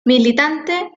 militante